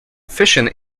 fishing